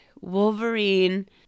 Wolverine